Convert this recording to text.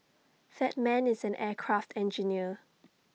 that man is an aircraft engineer